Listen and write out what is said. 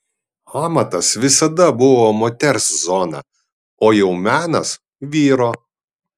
amatas visada buvo moters zona o jau menas vyro